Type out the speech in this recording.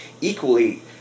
equally